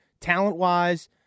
Talent-wise